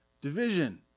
division